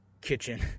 kitchen